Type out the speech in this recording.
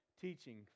teaching